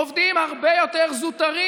עובדים הרבה יותר זוטרים,